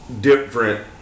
different